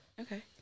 okay